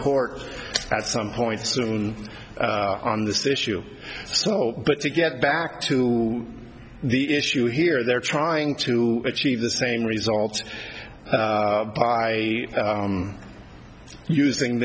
court at some point soon on this issue so but to get back to the issue here they're trying to achieve the same results by using